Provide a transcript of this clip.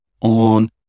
on